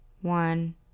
one